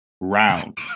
round